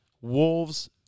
Wolves